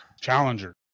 Challenger